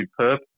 superb